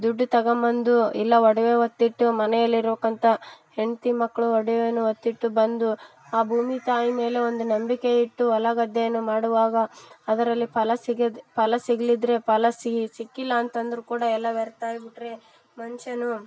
ದುಡ್ಡು ತಗೊಂಬಂದು ಇಲ್ಲ ಒಡವೆ ಒತ್ತಿಟ್ಟು ಮನೆಯಲ್ಲಿ ಇರೊಕ್ಕಂಥ ಹೆಂಡತಿ ಮಕ್ಳ ಒಡವೆನೂ ಒತ್ತಿಟ್ಟು ಬಂದು ಆ ಭೂಮಿ ತಾಯಿ ಮೇಲೆ ಒಂದು ನಂಬಿಕೆ ಇಟ್ಟು ಹೊಲ ಗದ್ದೆಯನ್ನು ಮಾಡುವಾಗ ಅದರಲ್ಲಿ ಫಲ ಸಿಗದೆ ಫಲ ಸಿಗ್ದಿದ್ರೆ ಫಲ ಸಿಕ್ಕಿಲ್ಲ ಅಂತಂದ್ರೂ ಕೂಡ ಎಲ್ಲ ವ್ಯರ್ಥ ಆಗ್ಬಿಟ್ರೆ ಮನುಷ್ಯನು